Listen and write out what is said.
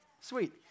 Sweet